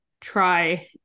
try